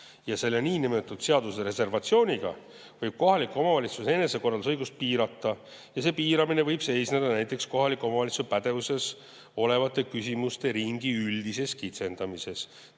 Ja selle seadust [puudutava] reservatsiooniga võib kohaliku omavalitsuse enesekorraldusõigust piirata. See piiramine võib seisneda näiteks kohaliku omavalitsuse pädevuses olevate küsimuste ringi üldises kitsendamises,